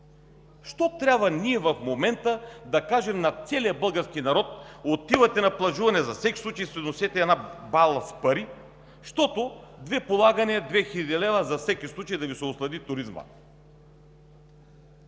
Защо трябва ние в момента да кажем на целия български народ: отивате на плажуване и за всеки случай си носите една бала с пари, защото две полагания – две хиляди лева, за всеки случай, за да Ви се услади туризмът!